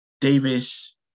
Davis